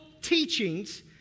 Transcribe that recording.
teachings